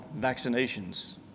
vaccinations